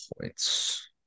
points